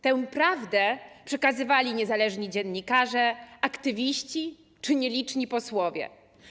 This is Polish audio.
Tę prawdę przekazywali niezależni dziennikarze, aktywiści czy nieliczni posłowie.